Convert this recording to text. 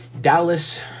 Dallas